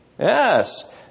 Yes